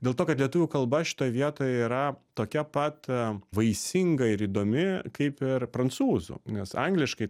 dėl to kad lietuvių kalba šitoj vietoj yra tokia pat vaisinga ir įdomi kaip ir prancūzų nes angliškai